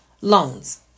loans